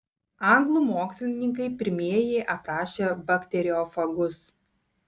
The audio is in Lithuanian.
anglų mokslininkai pirmieji aprašė bakteriofagus